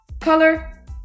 color